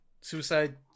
Suicide